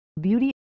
beauty